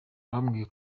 bambwiye